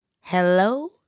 Hello